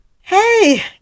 hey